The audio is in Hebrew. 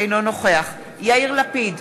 אינו נוכח יאיר לפיד,